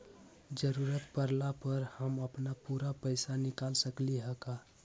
जरूरत परला पर हम अपन पूरा पैसा निकाल सकली ह का?